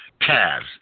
Cavs